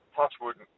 Touchwood